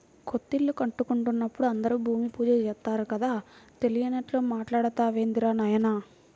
కొత్తిల్లు కట్టుకుంటున్నప్పుడు అందరూ భూమి పూజ చేత్తారు కదా, తెలియనట్లు మాట్టాడతావేందిరా నాయనా